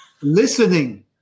listening